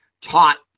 taught